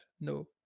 No